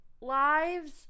lives